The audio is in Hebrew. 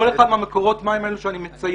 כל אחד ממקורות המים האלה שאני מציין,